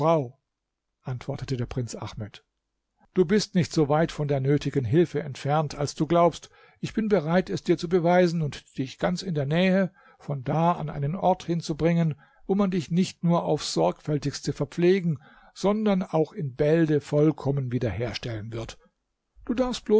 antwortete der prinz ahmed du bist nicht so weit von der nötigen hilfe entfernt als du glaubst ich bin bereit es dir zu beweisen und dich ganz in der nähe von da an einen ort hinzubringen wo man dich nicht nur aufs sorgfältigste verpflegen sondern auch in bälde vollkommen wieder herstellen wird du darfst